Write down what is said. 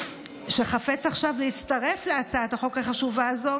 שחפץ עכשיו להצטרף להצעת החוק החשובה הזאת,